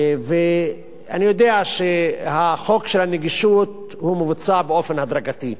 ואני יודע שהחוק של הנגישות מבוצע באופן הדרגתי,